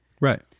Right